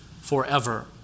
forever